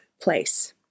place